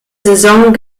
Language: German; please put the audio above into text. saison